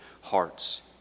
hearts